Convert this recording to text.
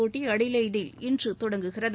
போட்டி அடிலெய்டில் இன்று தொடங்குகிறது